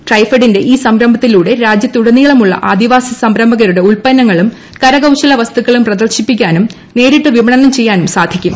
ട്രൈഫെഡിന്റെ ഈ സംരംഭത്തിലൂടെ രാജ്യത്തുടനീളമുള്ള ആദിവാസി സംരംഭകരുടെ ഉത്പന്നങ്ങളും കരകൌശല വസ്തുക്കളും പ്രദർശിപ്പിക്കാനും നേരിട്ട് വിപണനം ചെയ്യാനും സാധിക്കും